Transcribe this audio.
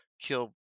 kill